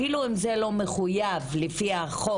אפילו אם זה לא מחייב על פי חוק,